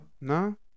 No